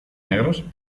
negros